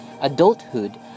adulthood